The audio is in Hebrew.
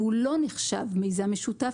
והוא לא נחשב מיזם משותף,